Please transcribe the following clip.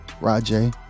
Rajay